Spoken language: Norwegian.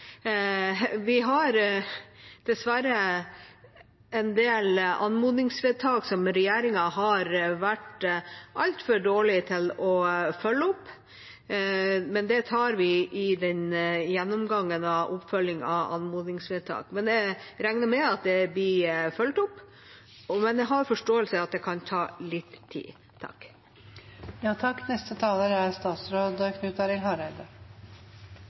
Vi har dessverre en del anmodningsvedtak som regjeringa har vært altfor dårlig til å følge opp – men det tar vi i gjennomgangen av oppfølging av anmodningsvedtak. Jeg regner med at dette blir fulgt opp, men jeg har forståelse for at det kan ta litt tid. Representanten Jegstad tok for seg vaksinekøen. Det er